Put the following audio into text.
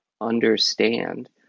understand